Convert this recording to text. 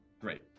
great